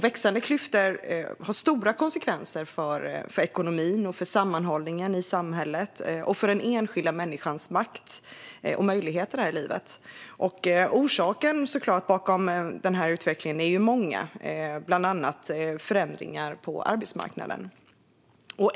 Växande klyftor får stora konsekvenser för ekonomin, för sammanhållningen i samhället och för den enskilda människans makt och möjligheter i livet. Orsakerna bakom utvecklingen är många, bland annat förändringar på arbetsmarknaden.